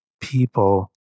people